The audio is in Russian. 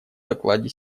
докладе